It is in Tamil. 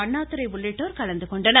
அண்ணாதுரை உள்ளிட்டோர் கலந்துகொண்டனர்